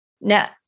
Now